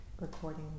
recording